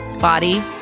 body